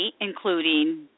including